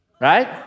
right